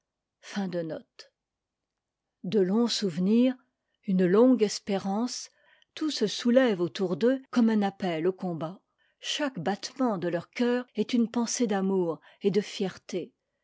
de longs souvevenirs une longue espérance tout se soulève autour d'eux comme un appel au combat chaque battement de leur cœur est une pensée d'amour et de fierté